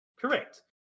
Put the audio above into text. Correct